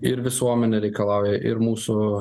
ir visuomenė reikalauja ir mūsų